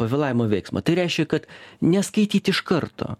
pavėlavimo veiksmą tai reiškia kad neskaityti iš karto